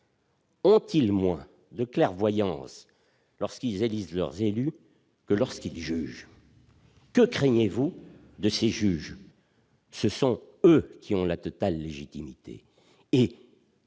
Ont-ils moins de clairvoyance lorsqu'ils élisent leurs représentants que lorsqu'ils jugent ? Que craignez-vous de ces juges ? Ce sont eux qui ont la totale légitimité.